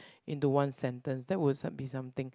into one sentence that will s~ be something